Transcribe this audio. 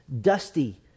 dusty